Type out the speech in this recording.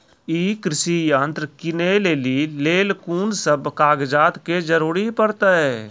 ई कृषि यंत्र किनै लेली लेल कून सब कागजात के जरूरी परतै?